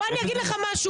אני אגיד לך משהו.